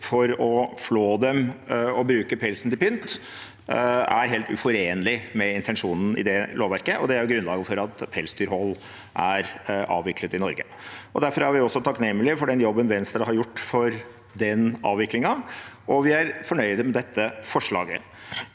for å flå dem og bruke pelsen til pynt er helt uforenlig med intensjonen i det lovverket, og det er grunnlaget for at pelsdyrhold er avviklet i Norge. Derfor er vi også takknemlige for den jobben Venstre har gjort for den avviklingen, og vi er fornøyde med dette forslaget.